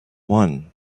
one